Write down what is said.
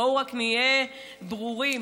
בואו רק נהיה ברורים.